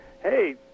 hey